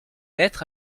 lettre